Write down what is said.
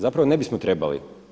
Zapravo ne bismo trebali.